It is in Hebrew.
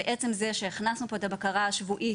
ועצם זה שהכנסנו לפה את הבקרה השבועית